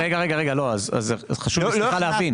אז חשוב להבין.